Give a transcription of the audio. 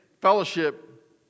fellowship